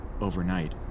overnight